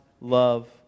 love